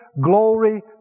glory